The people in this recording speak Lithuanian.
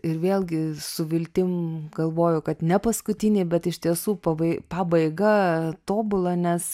ir vėlgi su viltim galvoju kad ne paskutiniai bet iš tiesų pabai pabaiga tobula nes